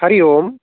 हरिः ओं